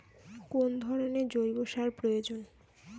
কোন ধরণের জৈব সার প্রয়োজন?